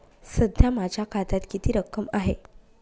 सध्या माझ्या खात्यात किती रक्कम आहे?